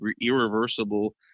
irreversible